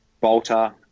Bolter